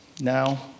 Now